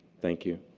thank you.